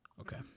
Okay